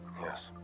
Yes